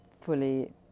fully